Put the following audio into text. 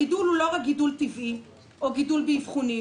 הגידול הוא לא רק גידול טבעי או גידול באבחונים,